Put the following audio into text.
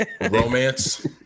romance